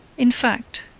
in fact,